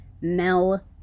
Mel